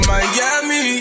Miami